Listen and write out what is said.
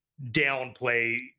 downplay